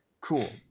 Cool